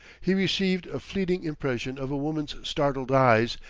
he received a fleeting impression of a woman's startled eyes,